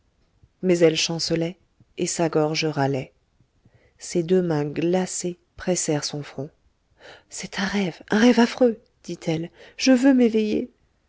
mais elle chancelait et sa gorge râlait ses deux mains glacées pressèrent son front c'est un rêve un rêve affreux dit-elle je veux m'éveiller